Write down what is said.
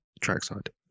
trackside